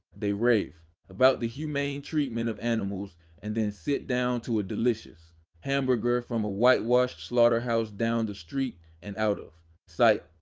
they rave about the humane treatment of animals and then sit down to a delicious hamburger from a whitewashed slaughterhouse down the street and out of sight.